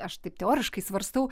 aš taip teoriškai svarstau